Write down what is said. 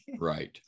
Right